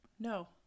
No